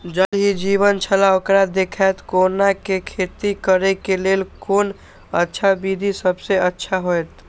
ज़ल ही जीवन छलाह ओकरा देखैत कोना के खेती करे के लेल कोन अच्छा विधि सबसँ अच्छा होयत?